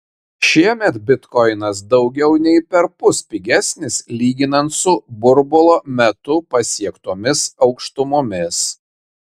šiemet bitkoinas daugiau nei perpus pigesnis lyginant su burbulo metu pasiektomis aukštumomis